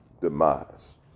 demise